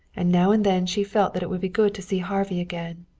and now and then she felt that it would be good to see harvey again,